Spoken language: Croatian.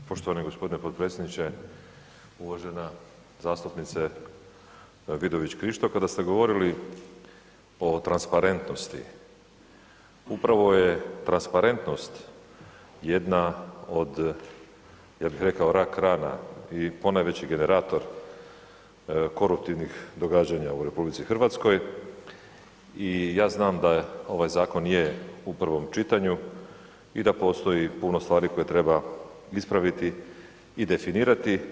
Poštovani gospodine potpredsjedniče, uvažena zastupnice Vidović Krišto, kada ste govorili o transparentnosti upravo je transparentnost jedna od ja bih rekao rak rana i ponajveći generator koruptivnih događanja u Republici Hrvatskoj i ja znam da ovaj zakon je u prvom čitanju i da postoji puno stvari koje treba ispraviti i definirati.